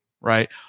Right